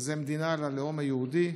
מדינה ללאום היהודי.